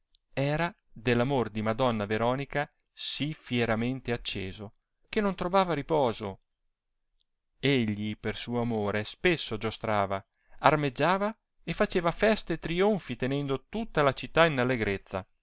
era dell'amor di madonna veronica sì fieramente acceso che non irovava riposo egli per suo amore spesso giostrava armeggiava e faceva feste e trionfi tenendo tutta la città in